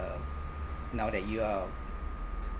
uh now that you are